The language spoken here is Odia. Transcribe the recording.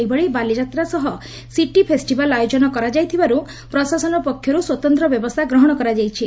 ସେହିଭଳି ବାଲି ଯାତ୍ରା ସହ ସିଟି ଫେଷିଭାଲ୍ ଆୟୋଜନ କରାଯାଇଥିବାରୁ ପ୍ରଶାସନ ପକ୍ଷରୁ ସ୍ୱତନ୍ତ ବ୍ୟବସ୍ଷା ଗ୍ରହଣ କରାଯାଇଛି